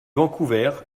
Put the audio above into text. vancouver